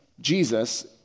Jesus